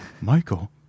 Michael